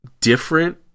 different